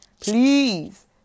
Please